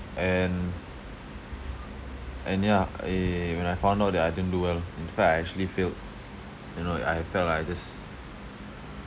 and and ya eh when I found out that I didn't do well in fact I actually failed you know I I felt like I just